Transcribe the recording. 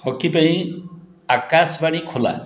hockey ପାଇଁ Akashvani ଖୋଲା